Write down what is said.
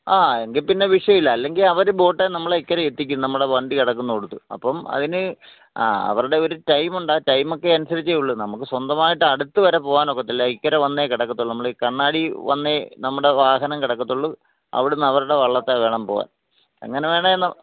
ആ എങ്കിൽ പിന്നെ വിഷയമില്ല അല്ലെങ്കിൽ അവർ ബോട്ടിൽ നമ്മളെ ഇക്കരെ എത്തിക്കും നമ്മുടെ വണ്ടി കിടക്കുന്നിടത്ത് അപ്പം അതിന് ആ അവരുടെ ഒരു ടൈം ഉണ്ട് ആ ടൈം ഒക്കെ അനുസരിച്ചേ ഉള്ളൂ നമുക്ക് സ്വന്തമായിട്ട് അടുത്ത് വരെ പോവാനൊക്കത്തില്ല ഇക്കരെ വന്നേ കിടക്കുള്ളൂ നമ്മൾ ഈ കണ്ണാടിയിൽ വന്നേ നമ്മുടെ വാഹനം കിടക്കുള്ളൂ അവിടുന്ന് അവരുടെ വള്ളത്തിൽ വേണം പോവാന് എങ്ങനെ വേണമെങ്കിലും